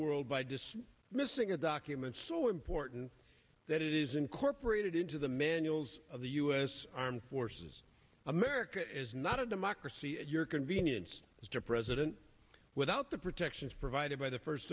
world by just missing a document so important that it is incorporated into the manuals of the us armed forces america is not a democracy at your convenience mr president without the protections provided by the first